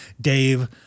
Dave